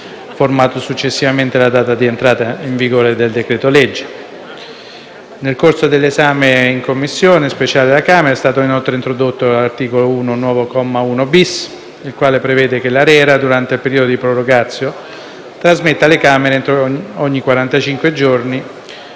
formato successivamente alla data di entrata in vigore del decreto-legge. Nel corso dell'esame nella Commissione speciale della Camera è stato inoltre introdotto all'articolo 1 il nuovo comma 1-*bis*, il quale prevede che l'ARERA, durante il periodo di *prorogatio*, trasmetta alle Camere ogni